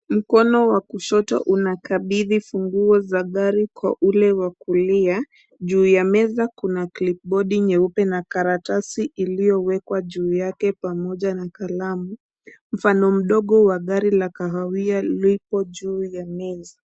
Mkono wa kushoto unakabidhi funguo za gari kwa ule wa kulia. Juu ya meza kuna clipboard nyeupe na karatasi iliyowekwa juu yake pamoja na kalamu. Mfano mdogo wa gari la kahawia lipo juu ya meza.